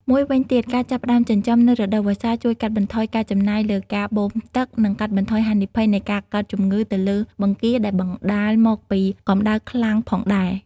មួយវិញទៀតការចាប់ផ្តើមចិញ្ចឹមនៅរដូវវស្សាជួយកាត់បន្ថយការចំណាយលើការបូមទឹក និងកាត់បន្ថយហានិភ័យនៃការកើតជំងឺទៅលើបង្គាដែលបណ្ដាលមកពីកម្ដៅខ្លាំងផងដែរ។